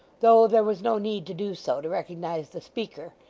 though there was no need to do so, to recognise the speaker,